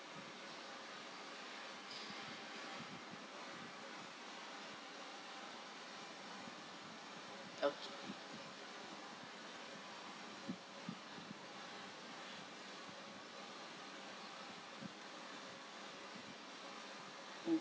okay